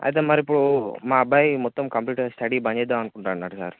అయితే మరి ఇప్పుడు మా అబ్బాయి మొత్తం కంప్లీట్గా స్టడీ బంద్ చేద్దాం అనుకుంటాన్నాడు సార్